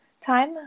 time